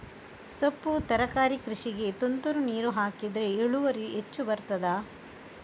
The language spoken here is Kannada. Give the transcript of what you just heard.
ಸೊಪ್ಪು ತರಕಾರಿ ಕೃಷಿಗೆ ತುಂತುರು ನೀರು ಹಾಕಿದ್ರೆ ಇಳುವರಿ ಹೆಚ್ಚು ಬರ್ತದ?